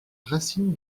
racine